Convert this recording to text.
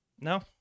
No